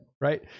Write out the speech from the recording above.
right